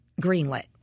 greenlit